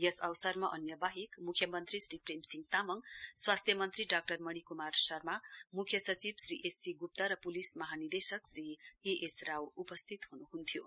यस अवसरमा अन्य वाहेक मुख्यमन्त्री श्री प्रेमसिंह तामङ स्वास्थ्य मन्त्री डाक्टर मणिकुमार शर्मा मुख्य सचिव श्री एस सी गुप्त र पुलिस महानिदेशक श्री ए एस राव उपस्थित हुनुहुन्थ्यो